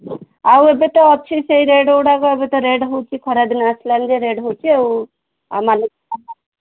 ଆଉ ଏବେ ତ ଅଛି ସେହି ରେଟ୍ ଗୁଡ଼ାକ ଏବେ ତ ରେଟ୍ ହେଉଛି ଖରା ଦିନ ଆସିଲାଣି ଯେ ରେଟ୍ ହେଉଛି ଆଉ ଆଉ